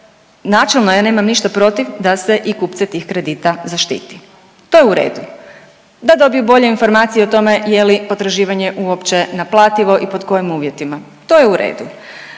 načelno ja nemam ništa protiv da se i kupce tih kredita zaštititi, to je u redu, da dobiju bolje informacije o tome je li potraživanje uopće naplativo i pod kojim uvjetima. To je u redu.